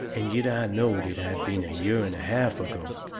and yet i knowed it had been a year and a half ago.